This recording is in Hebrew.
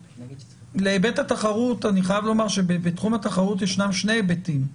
להיבט התחרות אני חייב לומר שבתחום התחרות יש שני היבטים: